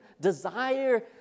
desire